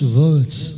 words